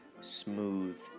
smooth